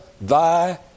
thy